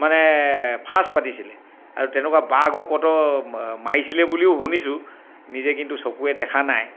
মানে ফাঁচ পাতিছিলে আৰু তেনেকুৱা বাঘো কত মাৰিছিলে বুলিও শুনিছোঁ নিজে কিন্তু চকুৰে দেখা নাই